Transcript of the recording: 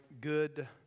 good